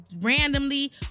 randomly